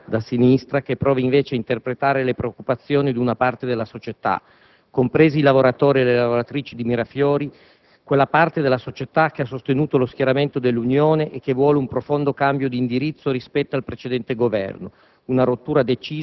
una critica da sinistra che prova invece a interpretare le preoccupazioni di una parte della società, compresi i lavoratori e le lavoratrici di Mirafiori. Quella parte della società che ha sostenuto lo schieramento dell'Unione e che vuole un profondo cambio di indirizzo rispetto al precedente Governo,